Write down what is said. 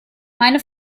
meine